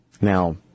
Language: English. Now